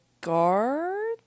Guard